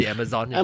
Amazon